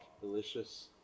delicious